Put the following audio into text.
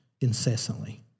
incessantly